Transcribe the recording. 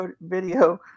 video